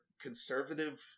conservative